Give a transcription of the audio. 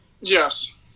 Yes